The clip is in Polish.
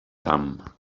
tam